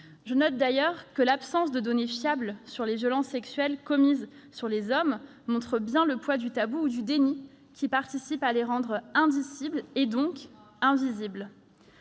Je note par ailleurs que l'absence de données fiables relatives aux violences sexuelles commises sur les hommes montre bien le poids du tabou ou du déni qui contribue à rendre ces actes indicibles, et donc invisibles.